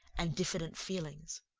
and diffident feelings.